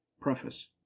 Preface